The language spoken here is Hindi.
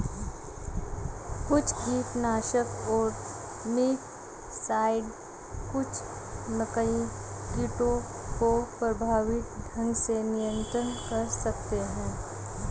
कुछ कीटनाशक और मिटसाइड्स कुछ मकई कीटों को प्रभावी ढंग से नियंत्रित कर सकते हैं